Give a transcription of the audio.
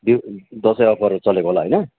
the Dashain offer त चलेको होला होइन